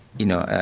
you know,